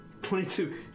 22